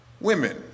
Women